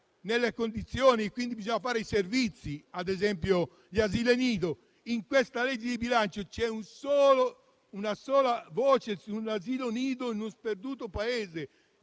Quindi, bisogna fornire i servizi, come ad esempio gli asili nido. In questa legge di bilancio c'è una sola voce su un asilo nido in uno sperduto paese.